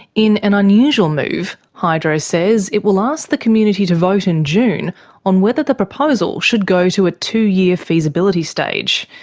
in an unusual move, hydro says it will ask the community to vote in june on whether the proposal should go to a two-year yeah feasibility stage.